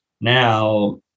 Now